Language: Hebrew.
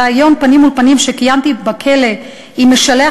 בריאיון פנים מול פנים שקיימתי בכלא עם משלח